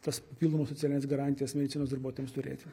tas papildomas socialines garantijas medicinos darbuotojams turėti